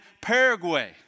Paraguay